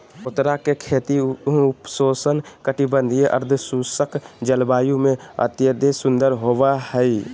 चकोतरा के खेती उपोष्ण कटिबंधीय, अर्धशुष्क जलवायु में अत्यंत सुंदर होवई हई